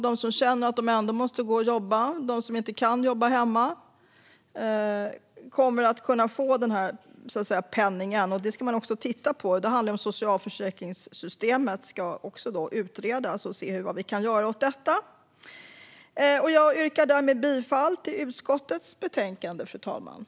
De som känner att de ändå måste gå och jobba och som inte kan jobba hemma kommer att kunna få denna penning. Det handlar om att socialförsäkringssystemet ska utredas för att vi ska kunna se vad vi kan göra åt detta. Jag yrkar därmed bifall till förslaget i utskottets betänkande.